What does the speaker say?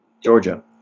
Georgia